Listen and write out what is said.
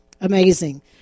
amazing